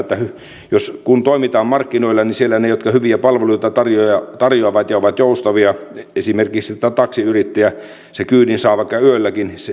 että kun toimitaan markkinoilla niin siellä varmaan pärjäävät ne jotka hyviä palveluita tarjoavat ja ovat joustavia esimerkiksi taksiyrittäjä jolta sen kyydin saa vaikka yölläkin